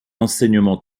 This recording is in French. enseignement